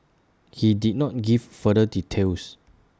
he did not give further details